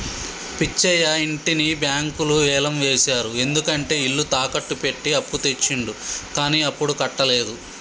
పిచ్చయ్య ఇంటిని బ్యాంకులు వేలం వేశారు ఎందుకంటే ఇల్లు తాకట్టు పెట్టి అప్పు తెచ్చిండు కానీ అప్పుడు కట్టలేదు